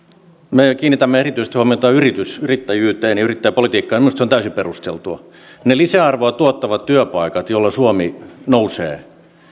me kiinnitämme erityistä huomiota yrittäjyyteen ja yrittäjäpolitiikkaan on minusta täysin perusteltua ne lisäarvoa tuottavat työpaikat joilla suomi nousee